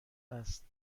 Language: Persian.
است